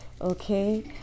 Okay